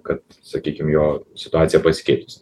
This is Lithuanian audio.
kad sakykim jo situacija pasikeitusi